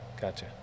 Gotcha